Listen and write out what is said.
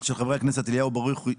של חברי הכנסת אליהו ברוכי,